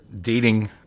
dating